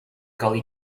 gully